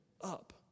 up